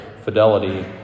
fidelity